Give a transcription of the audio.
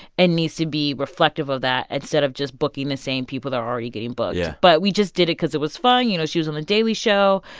and needs to be reflective of that instead of just booking the same people that are already getting booked yeah but we just did it because it was fun. you know, she was on the daily show.